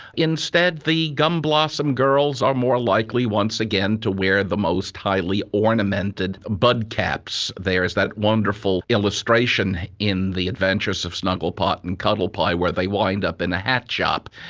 instead the gum blossom girls are more likely once again to wear the most highly ornamented bud caps. there is that wonderful illustration in the adventures of snugglepot and cuddlepie where they wind up in a hat shop,